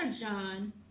John